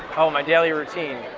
oh, my daily routine.